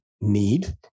need